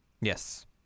Yes